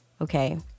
Okay